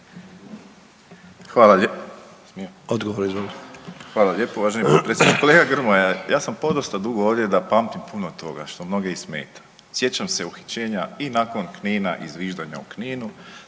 **Borić, Josip (HDZ)** Hvala lijepo uvaženi potpredsjedniče. Kolega Grmoja, ja sam podosta dugo ovdje da pamtim puno toga što mnoge i smeta. Sjećam se uhićenja i nakon Knina i zviždanja u Kninu,